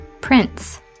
Prince